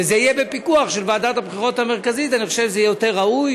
זה לא תלוי רק